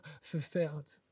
fulfilled